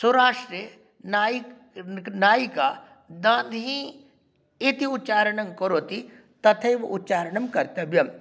स्वराष्ट्रे नायिका दान्ही इति उच्चारणं करोति तथैव उच्चारणं कर्तव्यम्